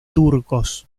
turcos